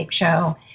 show